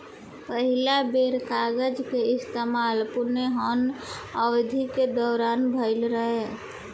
पहिला बेर कागज के इस्तेमाल पूर्वी हान अवधि के दौरान भईल रहे